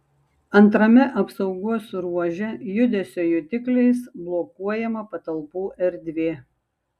antrame apsaugos ruože judesio jutikliais blokuojama patalpų erdvė